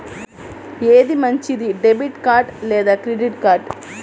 ఏది మంచిది, debit card లేదా క్రెడిట్ కార్డ్?